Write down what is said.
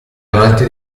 amanti